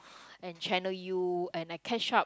and Channel U and I catch up